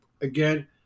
again